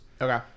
Okay